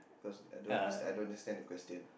cause I don't understand I don't understand the question